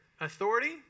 authority